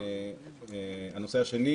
הנושא השני,